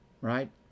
Right